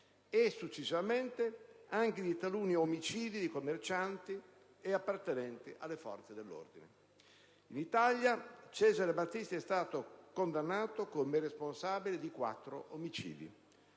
e successivamente anche di alcuni omicidi di commercianti e appartenenti alle forze dell'ordine. In Italia Cesare Battisti è stato condannato come responsabile di quattro omicidi.